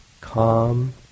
calm